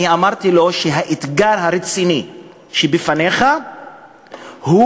ואמרתי לו: האתגר הרציני שבפניך הוא